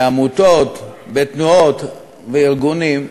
בעמותות, בתנועות, בארגונים,